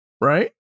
right